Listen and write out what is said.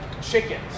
Chickens